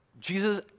Jesus